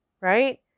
right